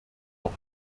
noch